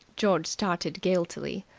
george started guiltily.